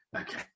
Okay